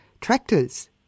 tractors